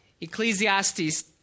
Ecclesiastes